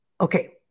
Okay